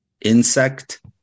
insect